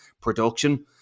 production